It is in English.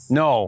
no